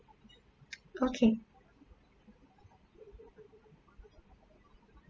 okay